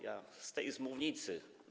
Ja z tej mównicy.